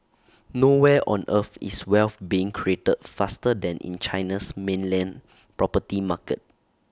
nowhere on earth is wealth being created faster than in China's mainland property market